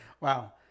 Wow